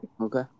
Okay